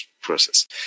process